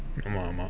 come more more